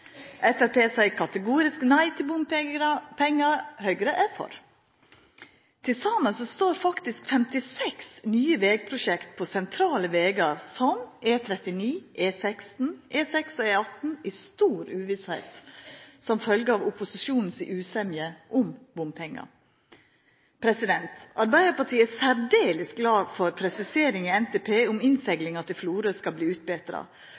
Framstegspartiet seier kategorisk nei til bompengar, mens Høgre er for. Til saman står faktisk 56 nye vegprosjekt, på sentrale vegar som E39, E16, E6 og E18, i stor uvisse, som følgje av opposisjonen sin usemje om bompengar. Arbeidarpartiet er særdeles glad for presiseringa i NTP om at innseglinga til Florø skal bli utbetra,